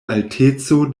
alteco